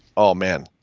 oh man.